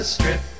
Strip